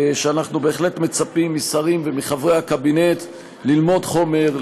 שאנחנו בהחלט מצפים משרים וחברי הקבינט ללמוד חומר,